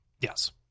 yes